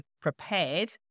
prepared